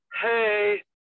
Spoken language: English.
Hey